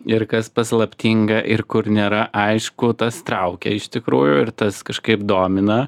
ir kas paslaptinga ir kur nėra aišku tas traukia iš tikrųjų ir tas kažkaip domina